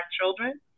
children